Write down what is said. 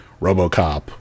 RoboCop